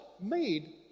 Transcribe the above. made